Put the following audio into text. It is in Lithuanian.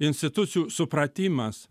institucijų supratimas